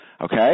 Okay